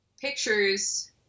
pictures